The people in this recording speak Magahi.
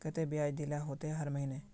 केते बियाज देल ला होते हर महीने?